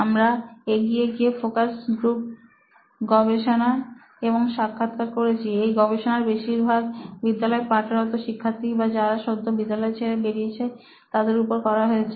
আমরা এগিয়ে গিয়ে ফোকাস গ্রুপ গবেষণা এবং সাক্ষাৎকার করেছি এই গবেষণা বেশিরভাগ বিদ্যালয়ের পাঠরত শিক্ষার্থী বা যারা সদ্য বিদ্যালয় ছেড়ে বেরিয়েছে তার উপর করা হয়েছে